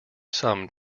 some